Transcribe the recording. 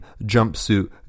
jumpsuit